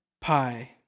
pie